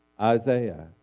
Isaiah